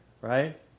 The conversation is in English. Right